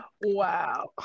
Wow